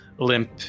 limp